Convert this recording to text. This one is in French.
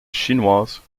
chinoise